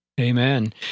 Amen